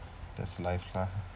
that's life lah